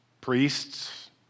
priests